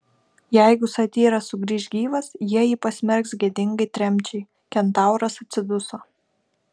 jeigu satyras sugrįš gyvas jie jį pasmerks gėdingai tremčiai kentauras atsiduso